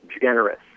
generous